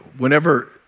Whenever